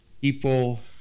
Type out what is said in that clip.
people